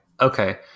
Okay